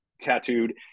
tattooed